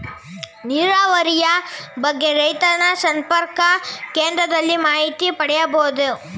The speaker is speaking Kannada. ನೀರಾವರಿಯ ಬಗ್ಗೆ ರೈತ ಸಂಪರ್ಕ ಕೇಂದ್ರದಲ್ಲಿ ಮಾಹಿತಿ ಪಡೆಯಬಹುದೇ?